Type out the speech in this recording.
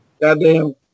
Goddamn